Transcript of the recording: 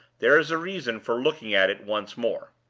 there is a reason for looking at it once more.